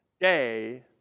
day